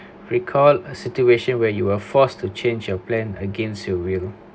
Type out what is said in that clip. recalled a situation where you were forced to change your plan against your will